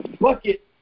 Bucket